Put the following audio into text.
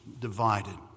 divided